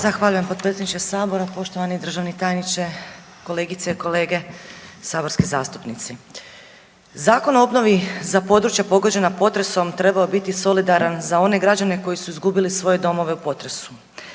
Zahvaljujem potpredsjedniče Sabora, poštovani državni tajniče, kolegice i kolege saborski zastupnici. Zakon o obnovi za područja pogođena potresom trebao je biti solidaran za one građane koji su izgubili svoje domove u potresu.